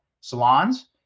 salons